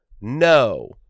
No